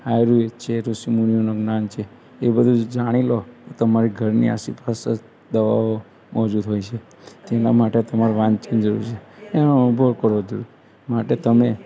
આયુર્વેદ છે ઋષિમુનિઓનું જ્ઞાન છે એ બધુંય જાણી લો તમારી ઘણી આસપાસ જ દવાઓ મોજુદ હોય છે તેના માટે તમારે વાંચન જરૂરી છે એનો અનભવ કરવો પડે માટે તમે